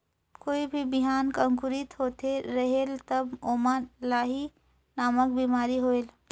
कोई भी बिहान अंकुरित होत रेहेल तब ओमा लाही नामक बिमारी होयल?